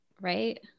right